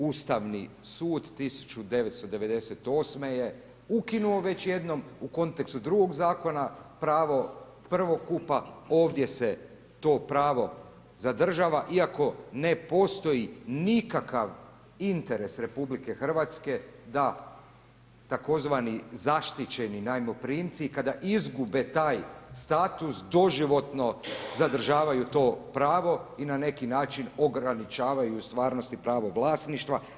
Ustavni sud 1998. je ukinuo već jednom u kontekstu drugog zakona pravo prvokupa, ovdje se to pravo zadržava iako ne postoji nikakav interes RH da tzv. zaštićeni najmoprimci kada izgube taj status doživotno zadržavaju to pravo i na neki način ograničavaju u stvarnosti pravo vlasništva.